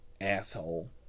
Asshole